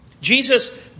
Jesus